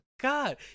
God